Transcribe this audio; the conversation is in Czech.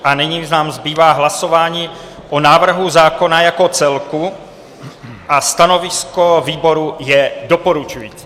A nyní nám zbývá hlasování o návrhu zákona jako celku a stanovisko výboru je doporučující.